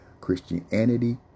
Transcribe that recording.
Christianity